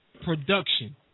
production